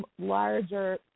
larger